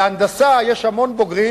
בהנדסה יש המון בוגרים,